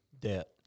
debt